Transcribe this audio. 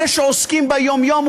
אלה שעוסקים ביום-יום,